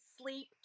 sleep